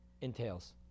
entails